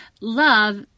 Love